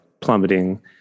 plummeting